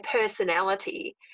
personality